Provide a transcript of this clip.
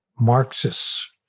Marxists